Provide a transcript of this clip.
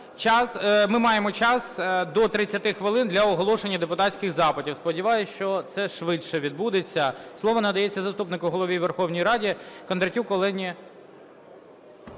ми маємо час до 30 хвилин для оголошення депутатських запитів. Сподіваюсь, що це швидше відбудеться. Слово надається заступнику Голови Верховної Ради Кондратюк Олені.